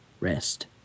rest